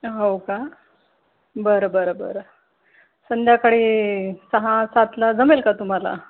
हो का बरं बरं बरं संध्याकाळी सहा सातला जमेल का तुम्हाला